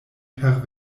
per